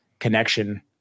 connection